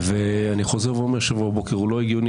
אני חוזר ואומר: 07:00 בבוקר זה לא הגיוני,